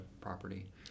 property